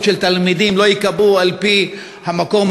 של תלמידים לא ייקבעו על-פי המקום,